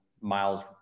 miles